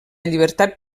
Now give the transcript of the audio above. llibertat